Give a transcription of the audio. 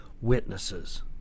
witnesses